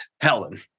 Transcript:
Helen